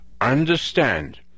Understand